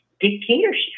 dictatorship